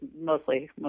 mostly